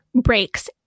breaks